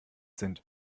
sind